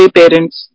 parents